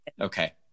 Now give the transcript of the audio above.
okay